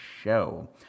show